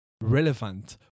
relevant